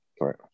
Right